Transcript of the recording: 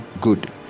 good